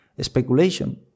Speculation